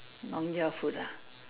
food ah